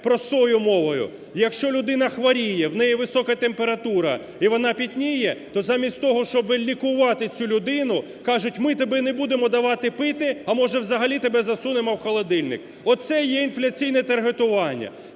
простою мовою. Якщо людина хворіє, у неї висока температура і вона пітніє, то замість того, щоб лікувати цю людину, кажуть, ми тобі не будемо давати пити, а може взагалі тебе засунемо в холодильник. Оце є інфляційне таргетування.